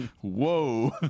Whoa